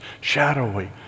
shadowy